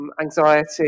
anxiety